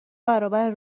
برابر